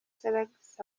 salax